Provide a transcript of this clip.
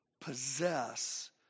possess